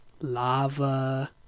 Lava